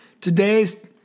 Today's